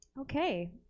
Okay